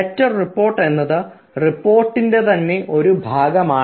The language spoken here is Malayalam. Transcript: ലെറ്റർ റിപ്പോർട്ട് എന്നത് റിപ്പോർട്ടിൻെറ തന്നെ ഒരു ഭാഗമാണ്